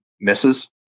misses